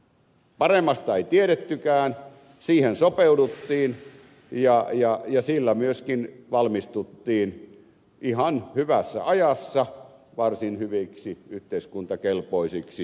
paremmasta ei tiedettykään siihen sopeuduttiin ja sillä myöskin valmistuttiin ihan hyvässä ajassa varsin hyviksi yhteiskuntakelpoisiksi toimijoiksi